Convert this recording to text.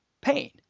pain